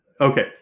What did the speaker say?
Okay